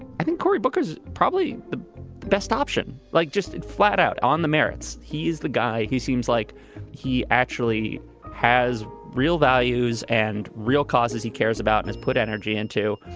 i think cory booker is probably the best option. like just flat out on the merits. he is the guy. he seems like he actually has real values and real causes he cares about and put energy into